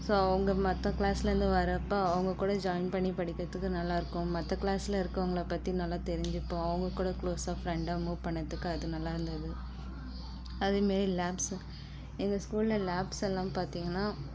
so அவங்க மற்ற கிளாஸ்லேருந்து வரப்போ அவங்க கூட ஜாயின் பண்ணி படிக்கிறதுக்கு நல்லாருக்கும் மற்ற கிளாஸ்ல இருக்கவங்களை பற்றி நல்லா தெரிஞ்சிப்போம் அவங்க கூட க்ளோசாக ஃப்ரெண்டாக மூ பண்ணதுக்கு அது நல்லாருந்தது அதே மாரி லேப்ஸு எங்கள் ஸ்கூல்ல லேப்ஸெல்லாம் பார்த்திங்கன்னா